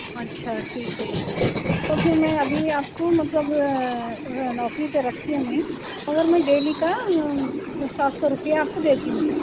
اچھا ٹھیک ہے تو پھر میں ابھی آپ کو مطلب نوکری پہ رکھتی ہوں میں مگر میں ڈیلی کا سات سو روپیہ آپ کو دیتی ہوں میں